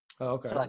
Okay